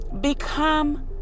become